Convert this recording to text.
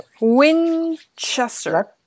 winchester